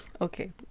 okay